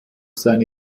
seine